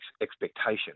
expectation